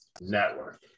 Network